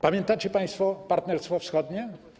Pamiętacie państwo Partnerstwo Wschodnie?